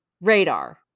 radar